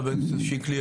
חבר הכנסת שיקלי,